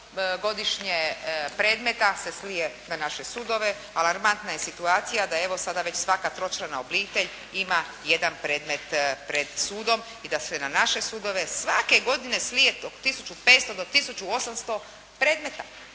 godišnje predmeta se slije na naše sudove. Alarmantna je situacija da evo sada svaka tročlana obitelj ima jedan predmet pred sudom i da se na naše sudove svake godine slije od 1500 do 1800 predmeta,